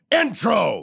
intro